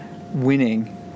winning